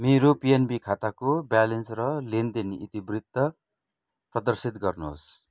मेरो पिएनबी खाताको ब्यालेन्स र लेनदेन इतिवृत्त प्रदर्शित गर्नुहोस्